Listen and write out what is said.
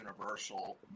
Universal